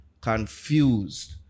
confused